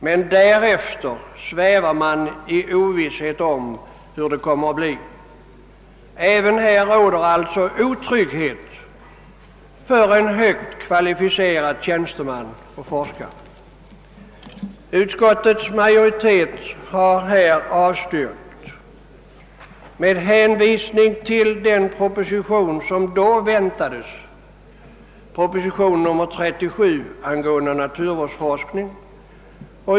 Man svävar dock i ovisshet om hur det kommer att bli därefter. även här råder det alltså otrygghet för en högt kvalificerad tjänsteman och forskare. Utskottets majoritet har i detta fall avstyrkt motionsförslaget med hänsyn till den proposition som då väntades, nämligen proposition nr 37 angående naturvårdsforskning.